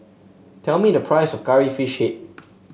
tell me the price of Curry Fish Head